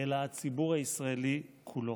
אלא הציבור הישראלי כולו,